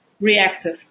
reactive